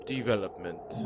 Development